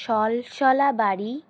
সলসলা বাড়ি